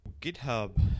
GitHub